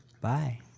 Bye